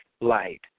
light